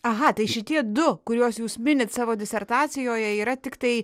aha tai šitie du kuriuos jūs minit savo disertacijoje yra tiktai